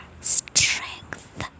strength